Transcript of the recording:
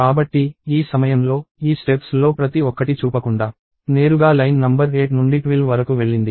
కాబట్టి ఈ సమయంలో ఈ స్టెప్స్ ల్లో ప్రతి ఒక్కటి చూపకుండా నేరుగా లైన్ నంబర్ 8 నుండి 12 వరకు వెళ్లింది